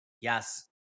Yes